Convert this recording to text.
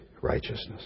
righteousness